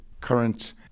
current